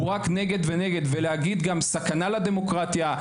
הוא רק נגד ונגד ולהגיד גם סכנה לדמוקרטיה,